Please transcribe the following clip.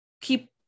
keep